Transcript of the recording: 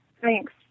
Thanks